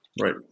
Right